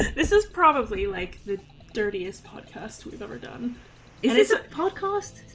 this is probably like the dirtiest contest with overdone it is a holocaust,